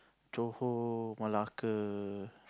Johor Malacca